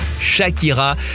Shakira